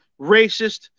racist